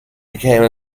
became